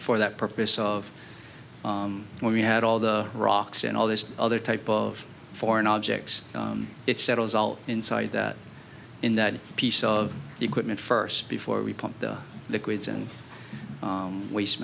for that purpose of where we had all the rocks and all this other type of foreign objects it settles all insight that in that piece of equipment first before we pump the liquids and waste